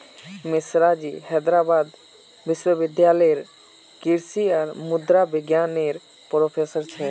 मिश्राजी हैदराबाद विश्वविद्यालय लेरे कृषि और मुद्रा विज्ञान नेर प्रोफ़ेसर छे